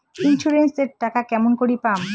Insurance এর টাকা কেমন করি পাম?